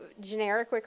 generic